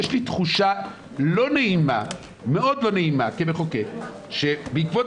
יש לי תחושה מאוד לא נעימה כמחוקק שבעקבות